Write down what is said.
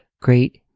great